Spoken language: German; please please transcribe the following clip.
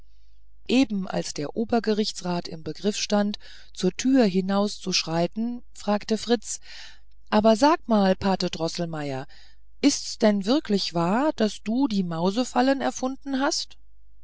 eben als der obergerichtsrat im begriff stand zur tür hinauszuschreiten fragte fritz aber sag mal pate droßelmeier ist's denn wirklich wahr daß du die mausefallen erfunden hast